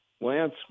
Lance